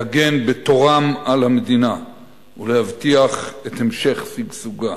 להגן בתורם על המדינה ולהבטיח את המשך שגשוגה.